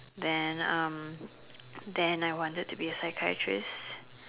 then uh then I wanted to be a psychiatrist